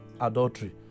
adultery